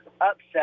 upset